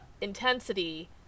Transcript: intensity